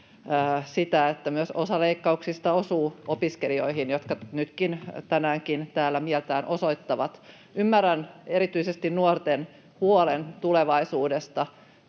sitä, että myös osa leikkauksista osuu opiskelijoihin — jotka nytkin, tänäänkin täällä mieltään osoittavat. Ymmärrän erityisesti nuorten huolen tulevaisuudesta.